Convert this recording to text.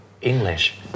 English